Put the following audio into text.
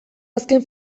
azken